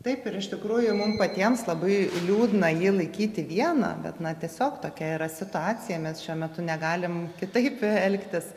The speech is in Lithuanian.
taip ir iš tikrųjų mum patiems labai liūdna jį laikyti vieną bet na tiesiog tokia yra situacija mes šiuo metu negalim kitaip elgtis